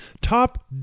top